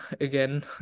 again